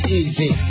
easy